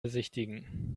besichtigen